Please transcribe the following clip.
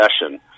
session